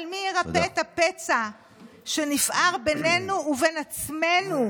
אבל מי ירפא את הפצע שנפער בינינו ובין עצמנו,